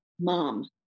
Mom